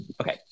okay